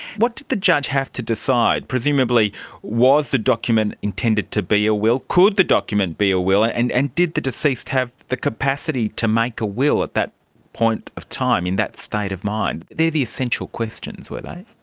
what did the judge have to decide? presumably was the document intended to be a will? could the document be a will? and and and did the deceased have the capacity to make a will at that point of time, in that state of mind? they were the essential questions, were they?